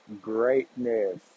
greatness